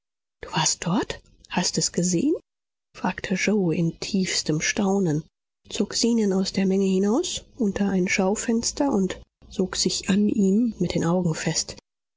du warst dort hast es gesehen fragte yoe in tiefstem staunen zog zenon aus der menge hinaus unter ein schaufenster und sog sich an ihm mit den augen fest